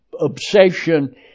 obsession